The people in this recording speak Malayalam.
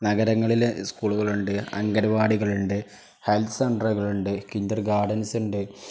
നഗരങ്ങളിൽ സ്കൂളുകൾ ഉണ്ട് അങ്കനവാടികളുണ്ട് ഹെൽത്ത് സെൻ്ററുകളുണ്ട് കിൻഡർ ഗാർഡൻസ് ഉണ്ട്